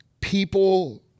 people